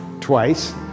twice